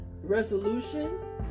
resolutions